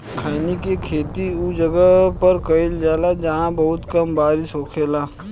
खईनी के खेती उ जगह पर कईल जाला जाहां बहुत कम बारिश होखेला